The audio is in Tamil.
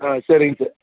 ஆ சரிங்க சார்